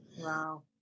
Wow